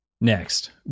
Next